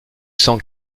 cent